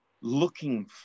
looking